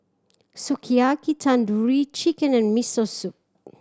Sukiyaki Tandoori Chicken and Miso Soup